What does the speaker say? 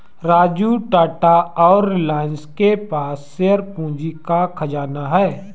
राजू टाटा और रिलायंस के पास शेयर पूंजी का खजाना है